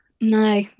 no